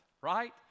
right